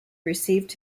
received